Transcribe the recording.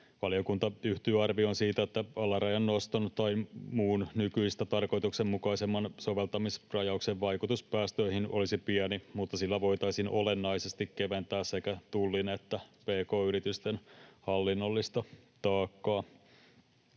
Valiokunta yhtyy arvioon siitä, että alarajan noston tai muun nykyistä tarkoituksenmukaisemman soveltamisrajauksen vaikutus päästöihin olisi pieni, mutta sillä voitaisiin olennaisesti keventää sekä Tullin että pk-yritysten hallinnollista taakkaa.